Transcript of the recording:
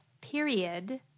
Period